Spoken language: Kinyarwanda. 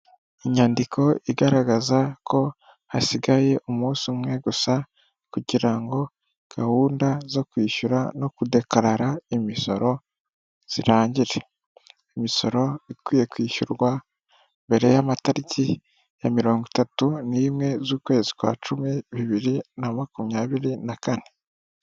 Inyandiko igaragaza ko hasigaye umunsi umwe gusa kugirango gahunda zo kwishyura no kudekarara imisoro zirangire; imisoro ikwiye kwishyurwa mbere y'amatariki ya mirongo itatu n'imwe z'ukwezi kwa cumi, bibiri na makumyabiri na kane.